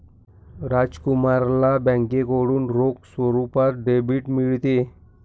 राजकुमारला बँकेकडून रोख स्वरूपात डेबिट मिळते